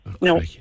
no